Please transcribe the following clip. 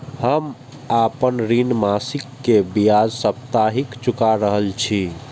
हम आपन ऋण मासिक के ब्याज साप्ताहिक चुका रहल छी